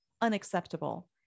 unacceptable